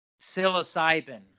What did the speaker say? psilocybin